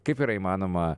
kaip yra įmanoma